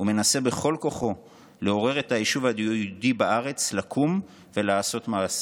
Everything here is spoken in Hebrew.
ומנסה בכל כוחו לעורר את היישוב היהודי בארץ לקום ולעשות מעשה.